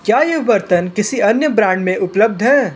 क्या यह बर्तन किसी अन्य ब्रांड में उपलब्ध है